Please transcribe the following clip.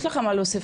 יש לך מה להוסיף,